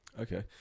Okay